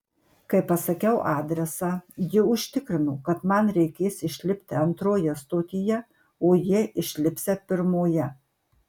kai pasakiau adresą ji užtikrino kad man reikės išlipti antroje stotyje o jie išlipsią pirmoje